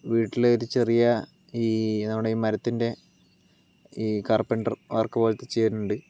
വീട്ടിൽ ഒരു ചെറിയ ഈ നമ്മുടെ ഈ മരത്തിൻ്റെ ഈ കാർപെൻഡർ വർക്ക് പോലത്തെ ചെയ്യുന്നുണ്ട്